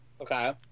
Okay